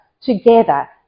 together